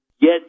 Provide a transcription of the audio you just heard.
get